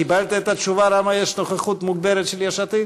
קיבלת את התשובה למה יש נוכחות מוגברת של יש עתיד?